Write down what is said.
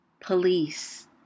police